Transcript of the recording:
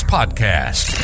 Podcast